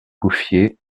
bouffier